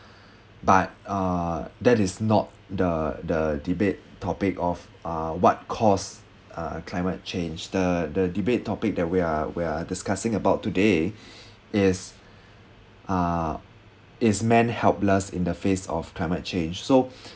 but uh that is not the the debate topic of uh what cause uh climate change the the debate topic that we're we're discussing about today is uh is man helpless in the face of climate change so